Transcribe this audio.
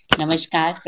Namaskar